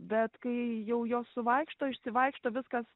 bet kai jau jos suvaikšto išsivaikšto viskas